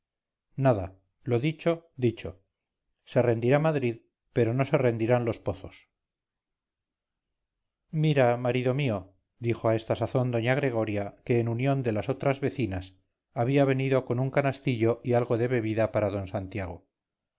nada lo dicho dicho se rendirá madrid pero no se rendirán los pozos mira marido mío dijo a esta sazón doña gregoria que en unión de las otras vecinas había venido con un canastillo y algo de bebida para d santiago